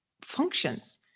functions